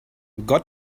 got